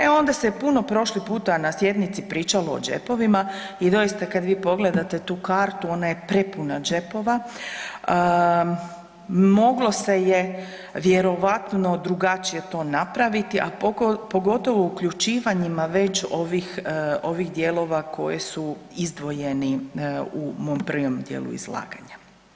E onda se puno prošli puta na sjednici pričalo o džepovima i doista kada vi pogledate tu kartu ona je prepuna džepova, moglo se je vjerojatno drugačije to napraviti, a pogotovo uključivanjima već ovih dijelova koji su izdvojeni u mom prvom dijelu izlaganja.